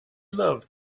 love